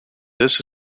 this